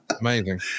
Amazing